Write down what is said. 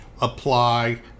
apply